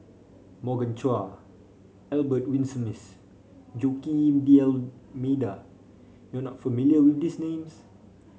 Morgan Chua Albert Winsemius Joaquim D 'Almeida you are not familiar with these names